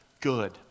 Good